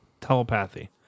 telepathy